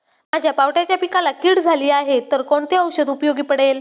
माझ्या पावट्याच्या पिकाला कीड झाली आहे तर कोणते औषध उपयोगी पडेल?